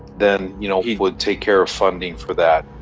then you know he would take care of funding for that.